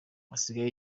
asigaye